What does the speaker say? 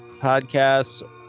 Podcasts